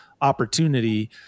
opportunity